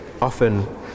often